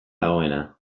dagoena